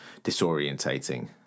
disorientating